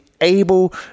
able